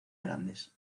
grandes